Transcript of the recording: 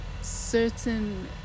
certain